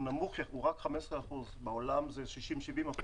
נמוך והוא רק 15% כשבעולם הוא 60%-70%,